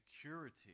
security